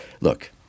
look